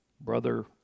brother